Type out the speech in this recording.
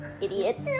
idiot